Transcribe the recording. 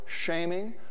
shaming